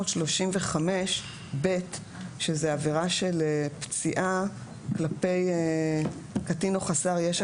סעיף 335ב - וזו עבירה של פציעה כלפי קטין או חסר ישע